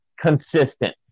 consistent